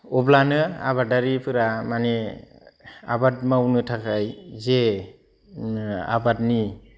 अब्लानो आबादारिफोरा माने आबाद मावनो थाखाय जे आबादनि